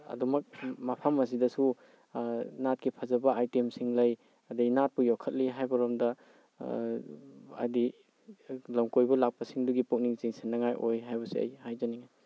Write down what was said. ꯑꯗꯨꯃꯛ ꯃꯐꯝ ꯑꯁꯤꯗꯁꯨ ꯅꯥꯠꯀꯤ ꯐꯖꯕ ꯑꯥꯏꯇꯦꯝꯁꯤꯡ ꯂꯩ ꯑꯗꯒ ꯅꯥꯠꯄꯨ ꯌꯣꯛꯈꯠꯂꯤ ꯍꯥꯏꯕꯔꯣꯝꯗ ꯑꯗꯤ ꯂꯝꯀꯣꯏꯕ ꯂꯥꯛꯄꯁꯤꯡꯗꯨꯒꯤ ꯄꯨꯛꯅꯤꯡ ꯆꯤꯡꯁꯤꯟꯅꯤꯉꯥꯏ ꯑꯣꯏ ꯍꯥꯏꯕꯁꯦ ꯑꯩ ꯍꯥꯏꯖꯅꯤꯡꯉꯤ